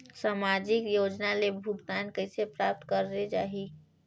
समाजिक योजना ले भुगतान कइसे प्राप्त करे जाहि?